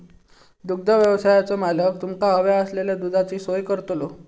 दुग्धव्यवसायाचो मालक तुमका हव्या असलेल्या दुधाची सोय करतलो